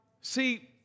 See